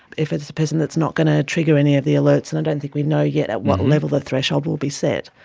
if it's a person that is not going to trigger any of the alerts, and i don't think we know yet at what level the threshold will be set.